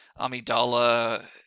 amidala